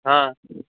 हा